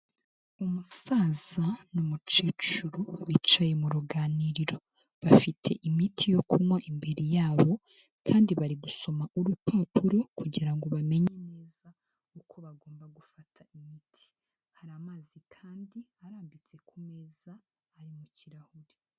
Umusaza n'umukecuru bicaye mu ruganiriro, bafite imiti yo kunywa imbere yabo, kandi bari gusoma ku rupapuro kugira ngo bamenye neza uko bagomba gufata imiti. Hari amazi kandi arambitse ku meza ari mu kirahure.